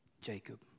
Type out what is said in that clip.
Jacob